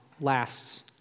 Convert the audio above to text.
lasts